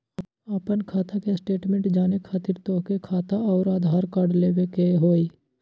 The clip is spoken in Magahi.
आपन खाता के स्टेटमेंट जाने खातिर तोहके खाता अऊर आधार कार्ड लबे के होइ?